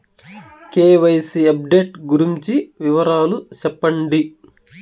KYC update గురించి వివరాలు సెప్పండి?